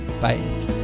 bye